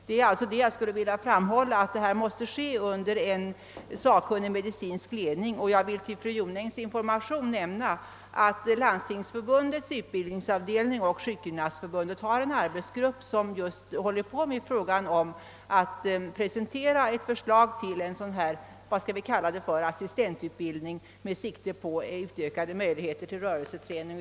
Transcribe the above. Jag vill alltså framhålla att denna behandling måste äga rum under sakkunnig medicinsk ledning, och jag kan till fru Jonängs information nämna att Landstingsförbundets utbildningsavdelning och Sjukgymnastförbundet har en arbetsgrupp som Just håller på med frågan om att presentera ett förslag till en sådan »assistentutbildning» med sikte på utökade möjligheter till rörelseträning.